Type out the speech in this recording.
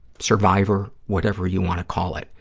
survivor whatever you want to call it.